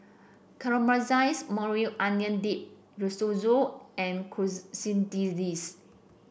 Caramelized Maui Onion Dip Risotto and Quesadillas